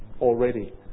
already